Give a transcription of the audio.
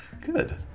good